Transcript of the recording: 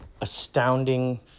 astounding